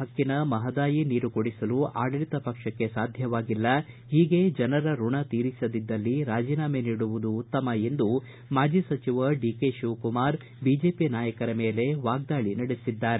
ಹಕ್ಕಿನ ಮಹದಾಯಿ ನೀರು ಕೊಡಿಸಲು ಆಡಳಿತ ಪಕ್ಷಕ್ಕೆ ಸಾಧ್ಯವಾಗಿಲ್ಲ ಹೀಗೆ ಜನರ ಋಣ ತೀರಿಸದಿದ್ದಲ್ಲಿ ರಾಜೀನಾಮೆ ನೀಡುವುದು ಉತ್ತಮ ಎಂದು ಮಾಜಿ ಸಚಿವ ಡಿಕೆ ಶಿವಕುಮಾರ್ ಬಿಜೆಪಿ ನಾಯಕರ ಮೇಲೆ ವಾಗ್ದಾಳಿ ನಡೆಸಿದ್ದಾರೆ